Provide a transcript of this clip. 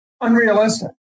unrealistic